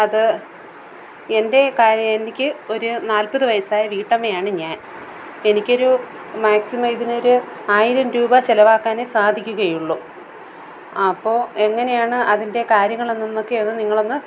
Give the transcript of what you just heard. അത് എൻ്റെ കാര്യം എനിക്ക് ഒരു നാൽപ്പത് വയസ്സായ വീട്ടമ്മയാണ് ഞാൻ എനിക്കൊരു മാക്സിമം ഇതിനൊരു ആയിരം രൂപ ചിലവാക്കാനേ സാധിക്കുകയുള്ളൂ അപ്പോൾ എങ്ങനെയാണ് അതിൻ്റെ കാര്യങ്ങളെണെന്നൊക്കെ ഒന്ന് നിങ്ങളൊന്ന്